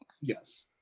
Yes